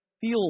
feel